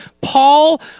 Paul